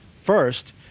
First